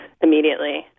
immediately